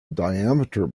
diameter